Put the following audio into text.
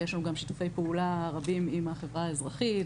ויש לנו גם שיתופי פעולה רבים עם החברה האזרחית,